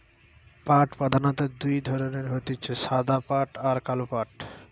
পাট প্রধানত দুই ধরণের হতিছে সাদা পাট আর কালো পাট